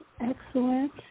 excellent